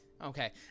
Okay